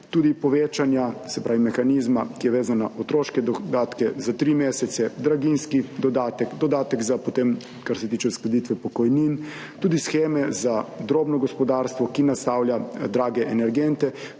tudi povečanja, se pravi mehanizma, ki je vezan na otroške dodatke za tri mesece, draginjski dodatek, dodatek za, potem, kar se tiče uskladitve pokojnin, tudi sheme za drobno gospodarstvo, ki naslavlja drage energente,